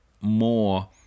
more